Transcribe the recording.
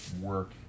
work